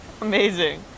amazing